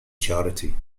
charity